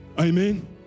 Amen